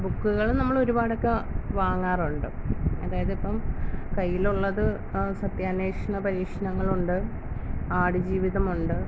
ആ ബുക്കുകൾ നമ്മളൊരുപാടക്കെ വാങ്ങാറുണ്ട് അതായത് ഇപ്പം കൈയ്യിലുള്ളത് സത്യാന്വേഷണ പരീക്ഷണങ്ങളുണ്ട് ആടുജീവിതമുണ്ട്